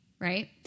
right